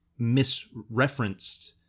misreferenced